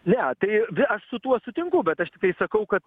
ne tai ir aš su tuo sutinku bet aš tiktai sakau kad